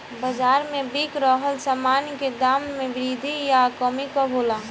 बाज़ार में बिक रहल सामान के दाम में वृद्धि या कमी कब होला?